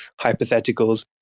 hypotheticals